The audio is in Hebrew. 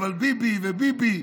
"אבל ביבי" ו"ביבי",